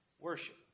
Worship